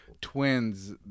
twins